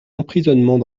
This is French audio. emprisonnement